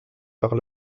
par